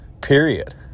Period